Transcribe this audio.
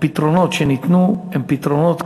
הפתרונות שנתנו הם פתרונות,